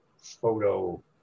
photo